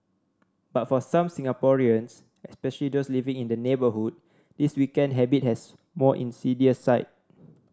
but for some Singaporeans especially those living in the neighbourhood this weekend habit has more insidious side